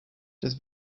des